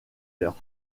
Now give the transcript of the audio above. leur